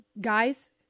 Guys